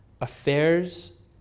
affairs